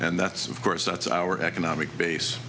and that's of course that's our economic base